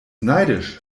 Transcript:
neidisch